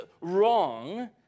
wrong